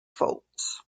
faults